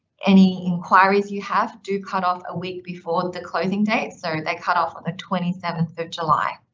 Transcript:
any inquiries you have do cut off a week before the closing date, so they cut off on the twenty seventh of july.